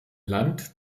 land